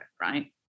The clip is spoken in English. right